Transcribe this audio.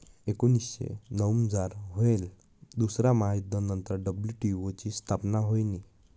एकोनीसशे नऊमझार व्हयेल दुसरा महायुध्द नंतर डब्ल्यू.टी.ओ नी स्थापना व्हयनी